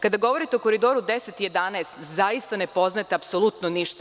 Kada govorite o Koridoru 10 i 11, zaista ne poznajete apsolutno ništa.